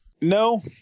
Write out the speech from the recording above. No